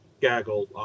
gaggle